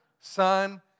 Son